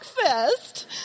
breakfast